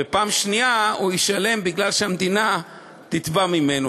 ופעם שנייה הוא ישלם בגלל שהמדינה תתבע ממנו,